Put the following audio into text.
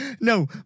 No